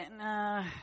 nah